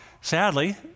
Sadly